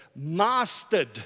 mastered